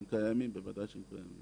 הם קיימים, בוודאי שהם קיימים.